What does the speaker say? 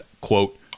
quote